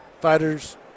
fighters